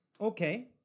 okay